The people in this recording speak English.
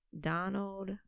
Donald